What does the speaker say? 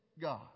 God